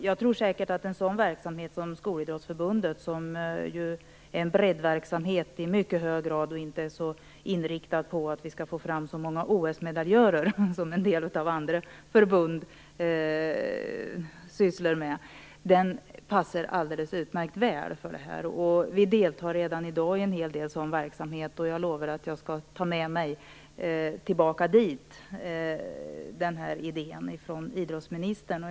Jag tror säkert att en sådan verksamhet som Skolidrottsförbundet bedriver, som i mycket hög grad är en breddverksamhet och som inte är så inriktad på att få fram så många OS-medaljörer som verksamheten i en del andra förbund är, passar alldeles utmärkt väl in här. Vi deltar redan i dag i en hel del sådan verksamhet, och jag lovar att jag skall ta med mig den här idén från idrottsministern tillbaka dit.